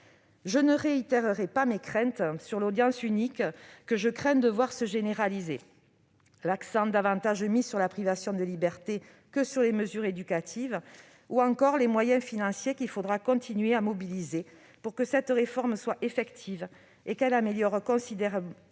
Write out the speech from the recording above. Je ne réitérerai pas mes craintes sur l'audience unique, que je redoute de voir se généraliser, sur l'accent davantage mis sur la privation de liberté que sur les mesures éducatives ou encore sur les moyens financiers qu'il faudra continuer à mobiliser pour que cette réforme soit effective et qu'elle améliore considérablement